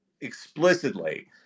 explicitly